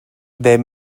their